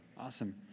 Awesome